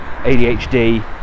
ADHD